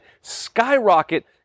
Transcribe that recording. skyrocket